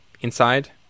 inside